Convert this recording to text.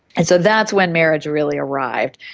and so that's when marriage really arrived.